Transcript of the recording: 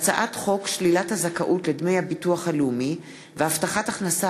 הצעת חוק הביטוח הלאומי (תיקון,